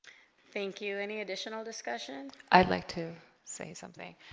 thank you any additional discussion i'd like to say something